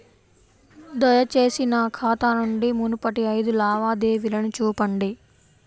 దయచేసి నా ఖాతా నుండి మునుపటి ఐదు లావాదేవీలను చూపండి